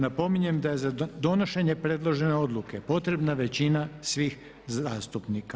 Napominjem da je za donošenje predložene Odluke potrebna većina svih zastupnika.